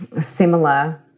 similar